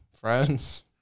friends